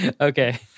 Okay